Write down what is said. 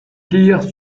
tire